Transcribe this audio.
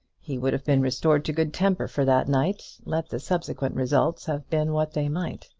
he would have been restored to good temper for that night, let the subsequent results have been what they might.